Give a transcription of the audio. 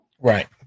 Right